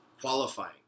qualifying